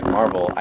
Marvel